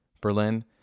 Berlin